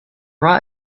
raw